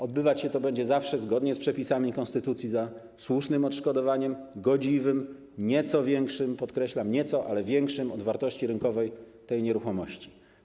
Odbywać się to będzie zawsze zgodnie z przepisami konstytucji, za słusznym odszkodowaniem, godziwym, nieco większym - podkreślam: nieco, ale większym - od wartości rynkowej tej nieruchomości.